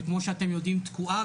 שכמו שאתם יודעים תקועה,